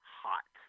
hot